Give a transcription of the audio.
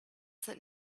that